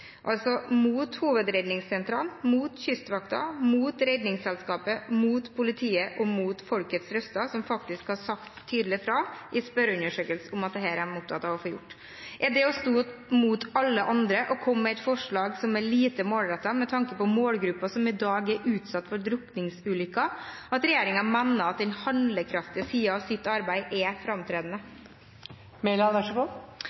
altså mot Hovedredningssentralen, mot Kystvakten, mot Redningsselskapet, mot politiet og mot folkets røster, som faktisk har sagt tydelig fra i spørreundersøkelse at dette er de opptatt av å få gjort. Er det ved å stå imot alle andre og komme med et forslag som er lite målrettet med tanke på målgruppen som i dag er utsatt for drukningsulykker, at regjeringen mener at den handlekraftige siden av sitt arbeid er framtredende?